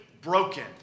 broken